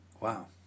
Wow